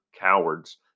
cowards